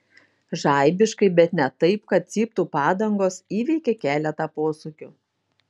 žaibiškai bet ne taip kad cyptų padangos įveikė keletą posūkių